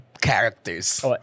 characters